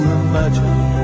imagine